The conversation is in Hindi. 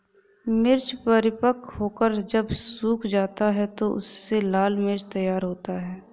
मिर्च परिपक्व होकर जब सूख जाता है तो उससे लाल मिर्च तैयार होता है